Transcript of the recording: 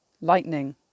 lightning